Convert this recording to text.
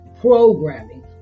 programming